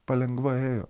palengva ėjo